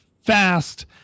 fast